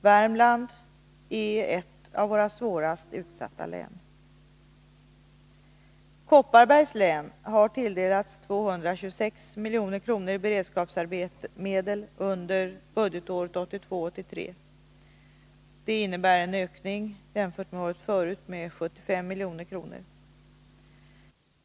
Värmland är ett av våra svårast utsatta län. Kopparbergs län har tilldelats 226 milj.kr. i beredskapsmedel under budgetåret 1982/83. Det innebär en ökning med 75 milj.kr.